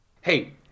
hey